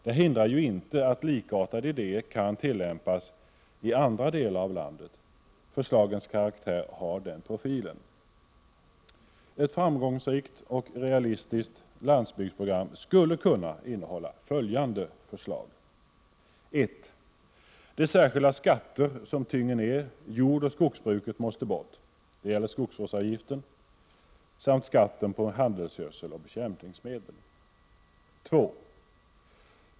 Det hindrar inte att likartade idéer kan tillämpas i andra delar av landet. Förslagens karaktär har den profilen. Ett framgångsrikt och realistiskt landsbygdsprogram skulle kunna innehålla följande förslag: 1. De särskilda skatter som tynger ner jordoch skogsbruket måste bort. Det gäller skogsvårdsavgiften samt skatten på handelsgödsel och bekämp 2.